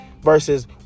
versus